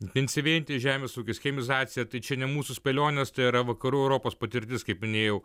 intensyvėjanti žemės ūkio chemizacija tai čia ne mūsų spėlionės tai yra vakarų europos patirtis kaip minėjau